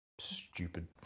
stupid